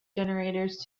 generators